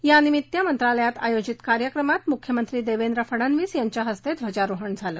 यानिमित्त मंत्रालयात आयोजित कार्यक्रमात मुख्यमंत्री देवेंद्र फडनवीस यांच्या हस्ते ध्वजारोहण झालं